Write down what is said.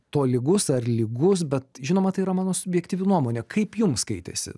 tolygus ar lygus bet žinoma tai yra mano subjektyvi nuomonė kaip jums skaitėsi